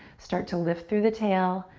start to lift through the tail,